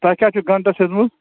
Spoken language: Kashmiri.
تۄہہِ کیٛاہ چھُ گنٛٹس ہیوٚتمُت